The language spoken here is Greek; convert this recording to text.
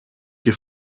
και